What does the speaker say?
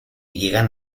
llegan